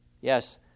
Yes